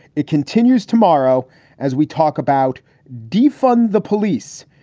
it continues tomorrow as we talk about defund the police.